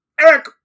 Eric